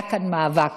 היה כאן מאבק.